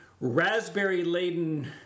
raspberry-laden